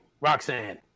Roxanne